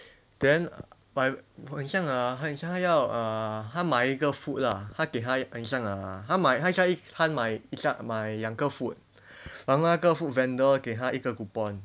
then my 很像 ah 他很像他要 uh 他买一个 food lah 他给他很像 uh 他买他张他买一张买两个 food 然后那个 food vendor 给他一个 coupon